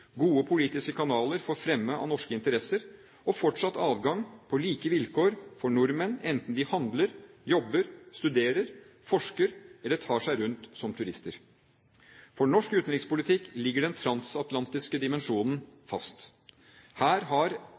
gode politiske kanaler for fremme av norske interesser og fortsatt adgang på like vilkår for nordmenn, enten de handler, jobber, studerer, forsker eller tar seg rundt som turister. For norsk sikkerhetspolitikk ligger den transatlantiske forankringen fast. Her